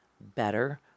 better